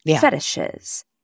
fetishes